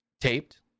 taped